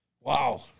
Wow